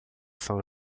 são